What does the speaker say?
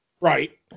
right